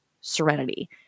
serenity